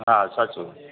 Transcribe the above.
હા સાચું